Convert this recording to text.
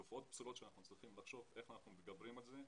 אלה תופעות פסולות שאנחנו צריכים לחשוב איך אנחנו מתגברים עליהן,